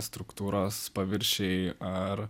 struktūros paviršiai ar